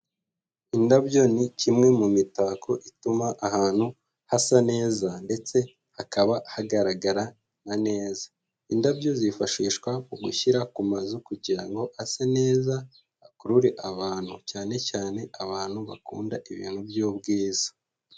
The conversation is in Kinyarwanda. Indabyo ni kimwe mu mitako ituma ahantu hasa neza ndetse hakaba hagaragara neza. Indabyo zifashishwa mu gushyira ku mazu kugira ngo ase neza, akurure abantu, cyane cyane abantu bakunda ibintu by'ubwiza.